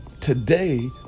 today